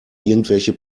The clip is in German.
irgendwelche